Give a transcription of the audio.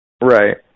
Right